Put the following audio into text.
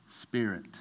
Spirit